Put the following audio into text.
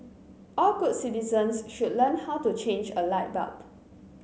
all good citizens should learn how to change a light bulb